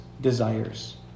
desires